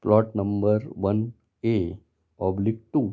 plot number one a oblique two